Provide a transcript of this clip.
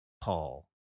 Paul